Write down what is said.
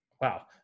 Wow